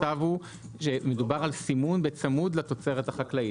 שמדובר בסימון בצמוד לתוצרת החקלאית.